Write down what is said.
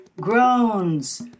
groans